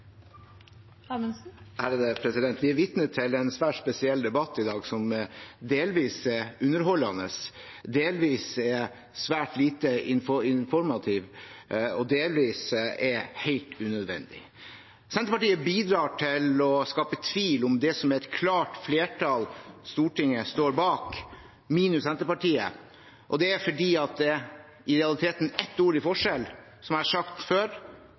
til en svært spesiell debatt i dag som delvis er underholdende, delvis er svært lite informativ og delvis er helt unødvendig. Senterpartiet bidrar til å skape tvil om det som et klart flertall på Stortinget står bak, minus Senterpartiet, og det er fordi det i realiteten er ett ord i forskjell. Som jeg har sagt før: